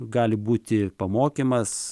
gali būti pamokymas